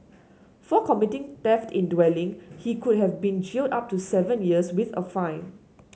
for committing theft in dwelling he could have been jailed up to seven years with a fine